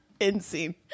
Insane